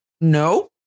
no